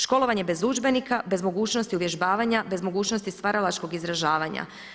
Školovanje bez udžbenika, bez mogućnosti uvježbavanja, bez mogućnosti stvaralačkog izražavanja.